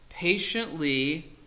Patiently